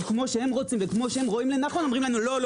כמו שהם רוצים וכמו שהם רואים לנכון אומרים לנו לא,